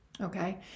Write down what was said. Okay